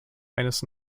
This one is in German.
eines